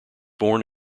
born